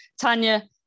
Tanya